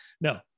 No